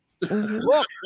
Look